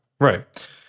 Right